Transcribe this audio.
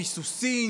ביסוסים,